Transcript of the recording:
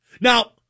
Now